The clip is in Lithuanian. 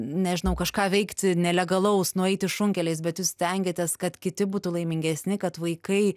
nežinau kažką veikti nelegalaus nueiti šunkeliais bet jūs stengiatės kad kiti būtų laimingesni kad vaikai